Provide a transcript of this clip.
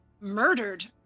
murdered